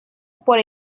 por